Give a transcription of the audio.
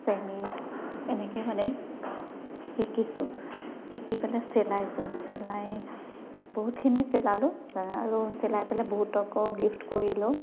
chemise এনেকে মানে শিকিছোঁ শিকি পেলাই চিলাইছোঁ চিলাই বহুতখিনি চিলালোঁ আৰু চিলাই পেলাই বহুতকো গিফ্ট কৰিলোঁ